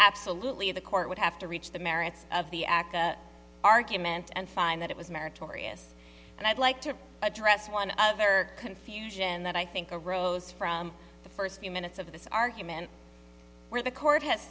absolutely the court would have to reach the merits of the aca argument and find that it was meritorious and i'd like to address one other confusion that i think arose from the first few minutes of this argument where the court has